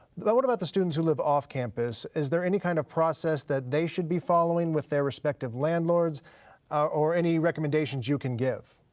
but what about the students who live off campus? is there any kind of process that they should be following with their respective landlords or any recommendations you can give?